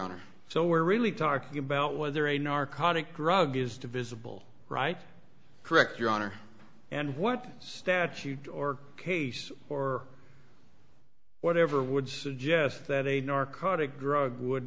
honor so we're really talking about whether a narcotic drug is divisible right correct your honor and what statute or case or whatever would suggest that a narcotic drug would